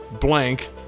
Blank